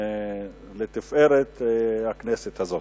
לתפארת הכנסת הזאת.